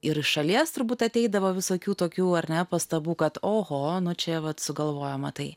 ir šalies turbūt ateidavo visokių tokių ar ne pastabų kad oho čia vat sugalvojo matai